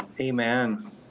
Amen